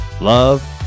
love